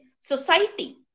society